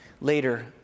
later